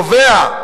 להצבעה.